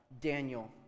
Daniel